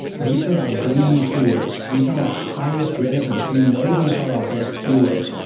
these are our green keywords. these are our highest relevance. we know these are our best keywords.